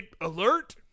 Alert